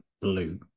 Blue